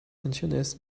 canciones